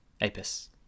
Apis